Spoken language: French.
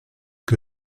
que